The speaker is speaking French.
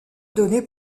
donnée